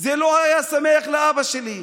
לא היה שמח לאבא שלי.